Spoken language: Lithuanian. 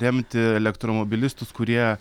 remti elektromobilistus kurie